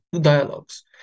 dialogues